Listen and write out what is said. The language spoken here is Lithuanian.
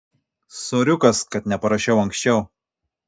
soriukas kad neparašiau anksčiau